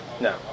No